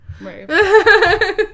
Right